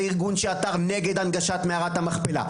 זה ארגון שעתר נגד הנגשת מערת המכפלה.